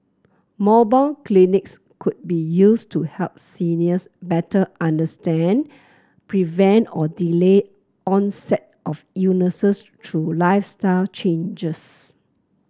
mobile clinics could be used to help seniors better understand prevent or delay onset of illnesses through lifestyle changes